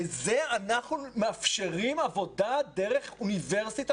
לזה אנחנו מאפשרים עבודה דרך אוניברסיטה